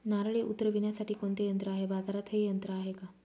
नारळे उतरविण्यासाठी कोणते यंत्र आहे? बाजारात हे यंत्र आहे का?